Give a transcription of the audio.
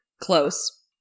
close